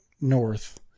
north